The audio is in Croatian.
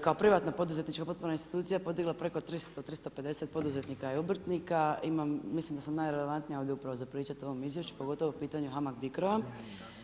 kao privatna poduzetnička potporna institucija podigla preko 300, 350 poduzetnika i obrtnika imam, mislim da sam najrelevantnija ovdje upravo za pričati o ovom izvješću pogotovo u pitanju HAMAG BICRO-a.